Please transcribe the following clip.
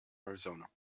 arizona